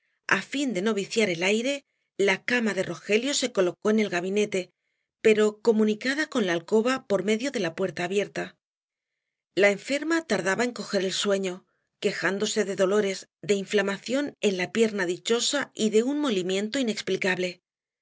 á fin de no viciar el aire la cama de rogelio se colocó en el gabinete pero comunicada con la alcoba por medio de la puerta abierta la enferma tardaba en coger el sueño quejándose de dolores de inflamación en la pierna dichosa y de un molimiento inexplicable